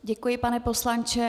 Děkuji, pane poslanče.